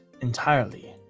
entirely